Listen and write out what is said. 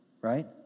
Right